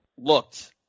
looked